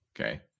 Okay